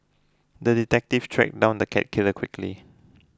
the detective tracked down the cat killer quickly